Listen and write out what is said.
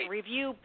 review